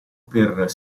per